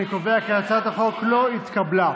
אני קובע כי הצעת החוק לא התקבלה.